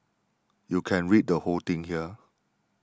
you can read the whole thing here